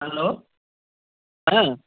hello হ্যাঁ